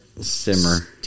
Simmer